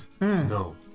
No